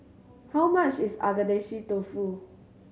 how much is Agedashi Dofu